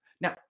now